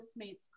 Postmates